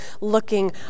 looking